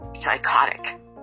psychotic